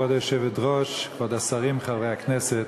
כבוד היושבת-ראש, כבוד השרים, חברי הכנסת,